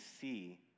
see